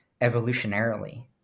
evolutionarily